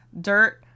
dirt